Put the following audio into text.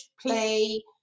play